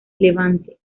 levante